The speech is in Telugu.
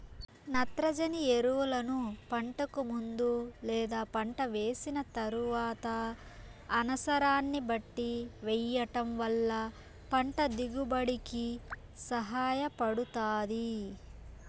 నత్రజని ఎరువులను పంటకు ముందు లేదా పంట వేసిన తరువాత అనసరాన్ని బట్టి వెయ్యటం వల్ల పంట దిగుబడి కి సహాయపడుతాది